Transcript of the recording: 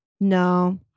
No